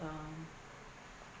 uh